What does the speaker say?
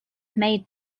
made